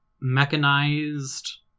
mechanized